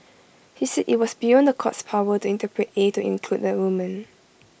he said IT was beyond the court's power to interpret A to include A woman